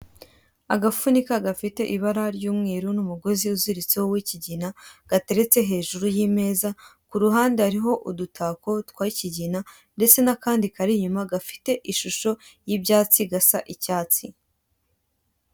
Agafunika gafite ibara ry'umweru n'umugozi uziritseho w'ikigina gateretse hejuru y'imeza, ku ruhande hariho udutako tw'ikigina, ndetse n'akandi kari inyuma gafite ishusho y'ibyatsi gasa icyatsi.